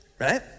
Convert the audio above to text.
right